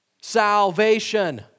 salvation